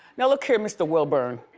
now look here mr. wilburn,